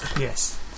Yes